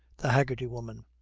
the haggerty woman.